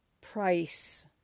Price